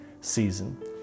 season